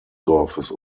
dorfes